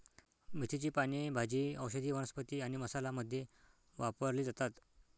मेथीची पाने भाजी, औषधी वनस्पती आणि मसाला मध्ये वापरली जातात